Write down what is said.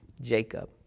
Jacob